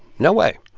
no way.